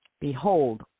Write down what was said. Behold